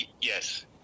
Yes